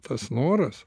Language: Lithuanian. tas noras